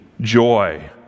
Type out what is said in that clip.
joy